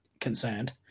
concerned